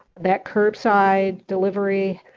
that curbside delivery,